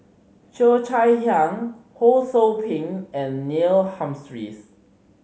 Cheo Chai Hiang Ho Sou Ping and Neil Humphreys